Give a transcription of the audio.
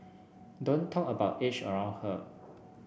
don't talk about age around her